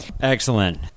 Excellent